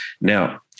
Now